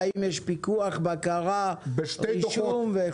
האם יש פיקוח ובקרה, רישום וכדומה.